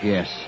Yes